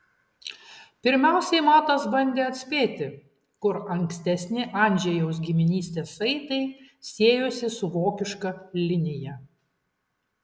pirmiausia matas bandė atspėti kur ankstesni andžejaus giminystės saitai siejosi su vokiška linija